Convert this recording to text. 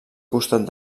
costat